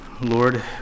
Lord